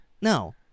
no